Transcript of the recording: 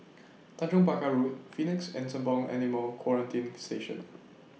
Tanjong Pagar Road Phoenix and Sembawang Animal Quarantine Station